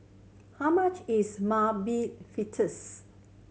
how much is Mung Bean Fritters